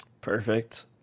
Perfect